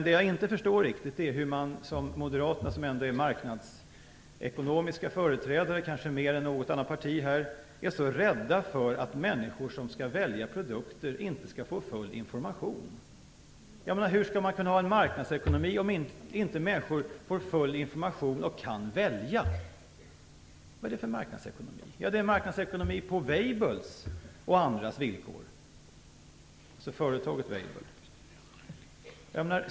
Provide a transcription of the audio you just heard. Det jag inte förstår riktigt är hur man som Moderaterna, som kanske mer än något annat parti är marknadsekonomiska företrädare, är så rädda för att människor som skall välja produkter skall få full information. Hur skall man kunna ha en marknadsekonomi om inte människor får full information och kan välja? Vad är det för marknadsekonomi? Det är en marknadsekonomi på företaget Weibulls och andras villkor.